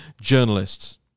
journalists